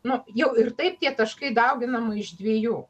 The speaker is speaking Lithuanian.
nu jau ir taip tie taškai dauginama iš dviejų